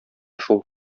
шул